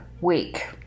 week